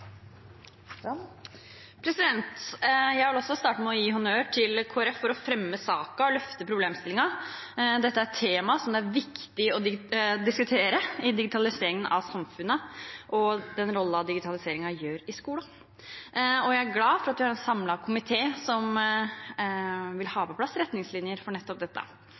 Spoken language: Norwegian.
Jeg vil også starte med å gi honnør til Kristelig Folkeparti for å ta opp saken og løfte problemstillingen. Dette er et tema det er viktig å diskutere når det gjelder digitaliseringen av samfunnet og den rollen digitaliseringen har i skolen. Jeg er glad for at vi har en samlet komité som vil ha på plass retningslinjer for nettopp dette.